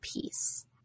peace